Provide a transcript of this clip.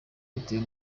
bitewe